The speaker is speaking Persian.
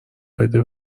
بده